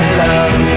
love